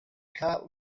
cat